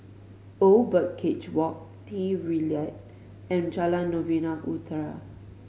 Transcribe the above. Old Birdcage Walk Trilight and Jalan Novena Utara